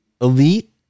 Elite